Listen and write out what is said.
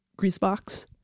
Greasebox